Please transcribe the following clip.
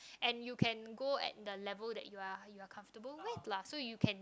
and you can go at the level that you're you're comfortable with lah so you can